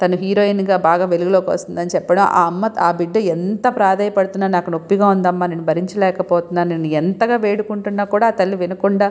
తను హీరోయిన్గా బాగా వెలుగులోకి వస్తుంది అని చెప్పడం ఆ అమ్మ ఆ బిడ్డ ఎంత ప్రాధేయ పడుతున్నా నాకు నొప్పిగా ఉందమ్మా నేను భరించలేకపోతున్నాను అని ఎంతగా వేడుకుంటున్నా కూడా తల్లి వినకుండా